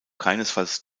keinesfalls